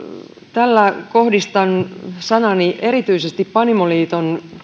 tällä kohdistan sanani erityisesti panimoliiton